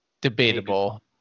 Debatable